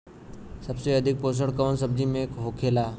सबसे अधिक पोषण कवन सब्जी में होखेला?